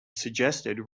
suggested